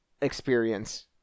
experience